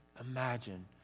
imagine